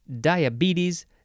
Diabetes